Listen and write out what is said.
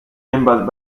members